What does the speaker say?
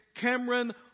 Cameron